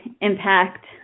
impact